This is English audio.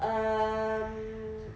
um